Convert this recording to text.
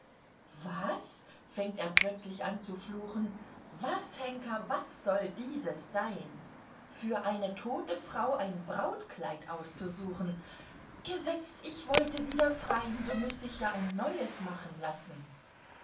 was fängt er plötzlich an zu fluchen was henker was soll dieses sein für eine tote frau ein brautkleid auszusuchen gesetzt ich wollte wieder frein so müßt ich ja ein neues machen lassen